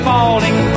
Falling